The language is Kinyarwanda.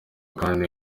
kandi